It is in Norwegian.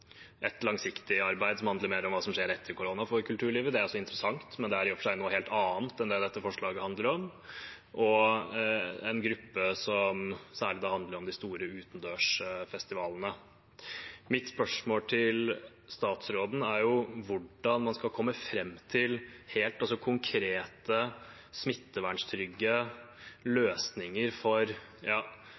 et langsiktig arbeid som handler mer om hva som skjer etter korona for kulturlivet – det er også interessant, men det er i og for seg noe helt annet enn det dette forslaget handler om – og en gruppe som særlig handler om de store utendørsfestivalene. Mitt spørsmål til statsråden er: Hvordan skal man komme fram til konkrete smitteverntrygge løsninger for